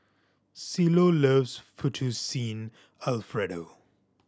Cielo loves Fettuccine Alfredo